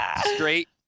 straight